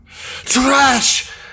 Trash